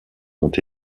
ont